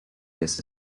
this